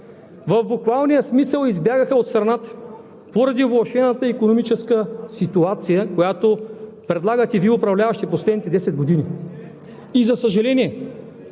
в буквалния смисъл избягаха от страната поради влошената икономическа ситуация, която предлагате Вие – управляващите, през последните десет години.